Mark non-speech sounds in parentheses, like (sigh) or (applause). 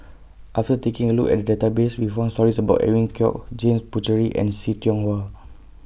(noise) after taking A Look At The Database We found stories about Edwin Koek James Puthucheary and See Tiong Wah